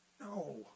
No